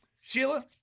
Sheila